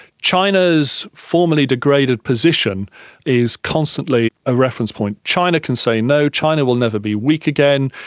china's formerly degraded position is constantly a reference point china can say no, china will never be weak again,